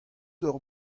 hor